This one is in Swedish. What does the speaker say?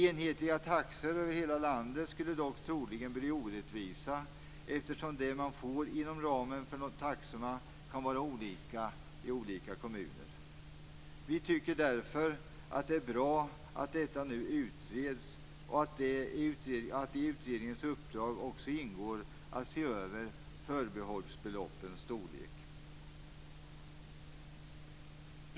Enhetliga taxor över hela landet skulle dock troligen bli orättvisa eftersom det man får inom ramen för taxorna kan vara olika i olika kommuner. Vi tycker därför att det är bra att detta nu utreds och att det i utredningens uppdrag också ingår att se över förbehållsbeloppens storlek.